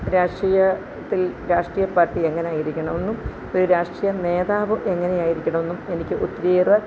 രാഷ്ട്രീയത്തിൽ രാഷ്ട്രീയ പാർട്ടി എങ്ങനെ ഇരിക്കണമെന്നും ഒരു രാഷ്ട്രീയ നേതാവ് എങ്ങനെ ആയിരിക്കണമെന്നും എനിക്ക് ഒത്തിരിയേറെ